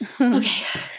Okay